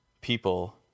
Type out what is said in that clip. people